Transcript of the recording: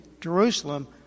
Jerusalem